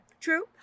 True